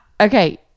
okay